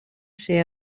ser